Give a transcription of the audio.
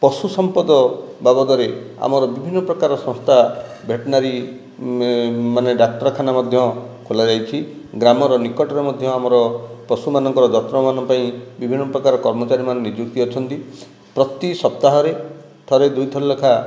ପଶୁ ସମ୍ପଦ ବାବଦରେ ଆମର ବିଭିନ୍ନ ପ୍ରକାର ସଂସ୍ଥା ଭେଟନାରି ମାନେ ଡାକ୍ତରଖାନା ମଧ୍ୟ ଖୋଲା ଯାଇଛି ଗ୍ରାମର ନିକଟରେ ମଧ୍ୟ ଆମର ପଶୁମାନଙ୍କର ଯତ୍ନବାନ ପାଇଁ ବିଭିନ୍ନ ପ୍ରକାର କର୍ମଚାରୀ ମାନେ ନିଯୁକ୍ତି ଅଛନ୍ତି ପ୍ରତି ସପ୍ତାହରେ ଥରେ ଦୁଇଥର ଲେଖା